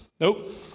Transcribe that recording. Nope